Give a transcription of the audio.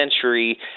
century